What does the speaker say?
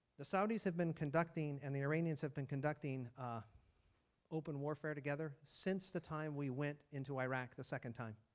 the saudis have been conducting and the iranians have been conducting open warfare together since the time we went into iraq the second time.